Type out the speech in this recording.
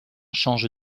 change